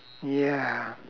ya